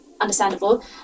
Understandable